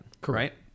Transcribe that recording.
correct